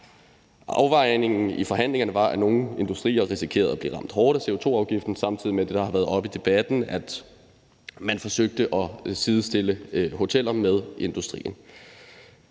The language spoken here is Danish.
Afvejningen i forhandlingerne var, at nogle industrier risikerede at blive ramt hårdt af CO2-afgiften, samtidig med at det har været oppe i debatten, at man har forsøgt at sidestille hoteller med industrien.